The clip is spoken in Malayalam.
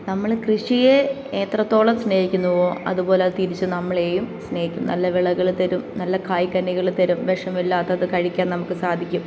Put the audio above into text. നമ്മൾ കൃഷിയെ എത്രത്തോളം സ്നേഹിക്കുന്നുവോ അതുപോലെ അത് തിരിച്ച് നമ്മളെയും സ്നേഹിക്കും നല്ല വിളകൾ തരും നല്ല കായ് കനികൾ തരും വിഷമില്ലാത്തത് കഴിക്കാൻ നമുക്ക് സാധിക്കും